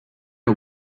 are